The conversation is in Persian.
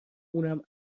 اونم